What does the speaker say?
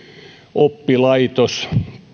oppilaitos